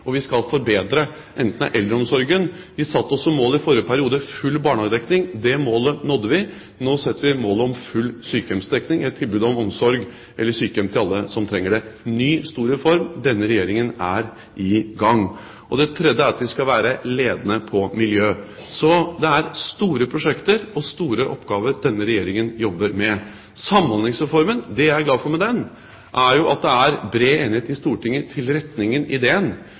Vi skal bl.a. forbedre eldreomsorgen. Vi satte oss som mål i forrige periode full barnehagedekning. Det målet nådde vi. Nå setter vi oss som mål full sykehjemsdekning, et tilbud om omsorg eller sykehjem til alle som trenger det. Det er en ny, stor reform. Denne regjeringen er i gang. Det tredje er at vi skal være ledende på miljø. Så det er store prosjekter og store oppgaver denne regjeringen jobber med. Det jeg er glad for med Samhandlingsreformen, er jo at det er bred enighet i Stortinget om retningen og ideen.